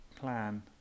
plan